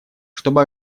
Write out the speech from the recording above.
чтобы